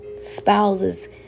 spouses